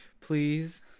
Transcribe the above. please